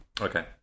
Okay